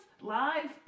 live